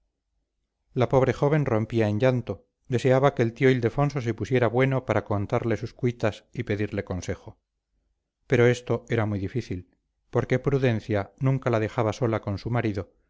la pobre joven rompía en llanto deseaba que el tío ildefonso se pusiera bueno para contarle sus cuitas y pedirle consejo pero esto era muy difícil porque prudencia nunca la dejaba sola con su marido